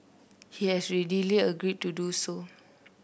he has readily agreed to do so